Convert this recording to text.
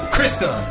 Krista